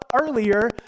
earlier